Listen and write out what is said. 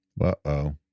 Uh-oh